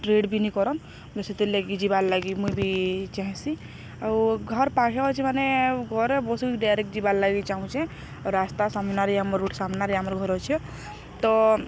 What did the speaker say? trade ବିନି କରନ୍ ସେଥିର୍ ଲାଗି ଯିବାର୍ ଲାଗି ମୁଇଁ ବି ଚାହଁସି ଆଉ ଘର ପାଖେ ଅଛି ମାନେ ଘରେ ବସିକି ଡାଇରେକ୍ଟ ଯିବାର୍ ଲାଗି ଚାହୁଁଛେ ରାସ୍ତା ସାମ୍ନାରେ ଆମ ରୋଡ଼ ସାମ୍ନାରେ ଆମର ଘରେ ଅଛେ ତ